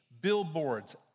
billboards